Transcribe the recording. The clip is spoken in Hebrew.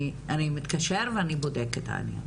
אני מתקשר ואני בודק את העניין.